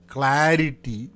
Clarity